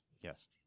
Yes